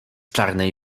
czarnej